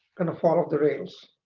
kind of fall off the rails.